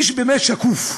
מי שבאמת שקוף.